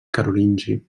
carolingi